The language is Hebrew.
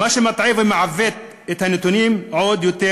מה שמטעה ומעוות את הנתונים עוד יותר